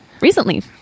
Recently